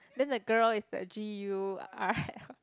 then the girl is the G_U_R_L